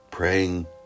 Praying